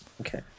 Okay